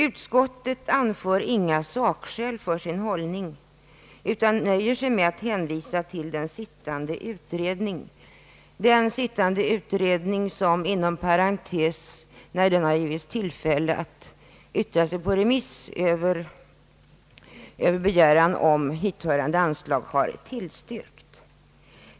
Utskottet anför inga sakskäl för sin hållning utan nöjer sig med att hänvisa till den skiftande utredning som, inom parentes sagt, när den givits tillfälle att avgiva remissyttrande över begäran om hithörande anslag har tillstyrkt.